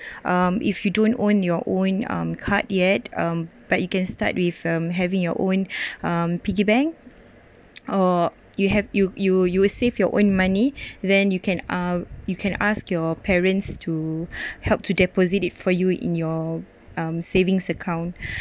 um if you don't own your own um card yet um but you can start with um having your own um piggy bank or you have you you you're save your own money then you can uh you can ask your parents to help to deposit it for you in your um savings account